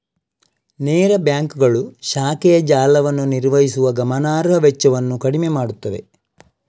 ನೇರ ಬ್ಯಾಂಕುಗಳು ಶಾಖೆಯ ಜಾಲವನ್ನು ನಿರ್ವಹಿಸುವ ಗಮನಾರ್ಹ ವೆಚ್ಚವನ್ನು ಕಡಿಮೆ ಮಾಡುತ್ತವೆ